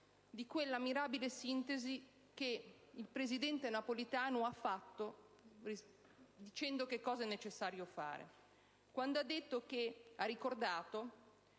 di quella mirabile sintesi che il presidente Napolitano ha fatto dicendo che cosa è necessario fare. Egli ha ricordato